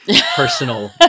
personal